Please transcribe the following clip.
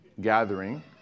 gathering